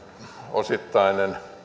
osittain